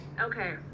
Okay